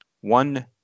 one